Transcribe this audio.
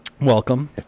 Welcome